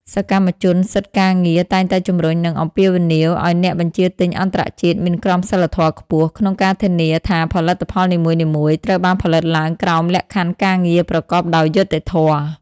សកម្មជនសិទ្ធិការងារតែងតែជំរុញ និងអំពាវនាវឱ្យអ្នកបញ្ជាទិញអន្តរជាតិមានក្រមសីលធម៌ខ្ពស់ ក្នុងការធានាថាផលិតផលនីមួយៗត្រូវបានផលិតឡើងក្រោមលក្ខខណ្ឌការងារប្រកបដោយយុត្តិធម៌។